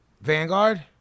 Vanguard